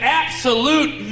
absolute